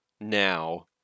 now